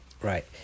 Right